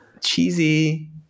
cheesy